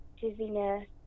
dizziness